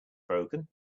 broken